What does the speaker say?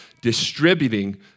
distributing